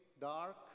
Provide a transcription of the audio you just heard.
dark